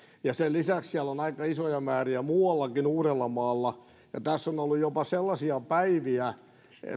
ja sen lisäksi siellä on aika isoja määriä muuallakin uudellamaalla ja tässä on ollut jopa sellaisia päiviä